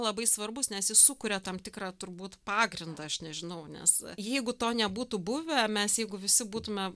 labai svarbus nes jis sukuria tam tikrą turbūt pagrindą aš nežinau nes jeigu to nebūtų buvę mes jeigu visi būtume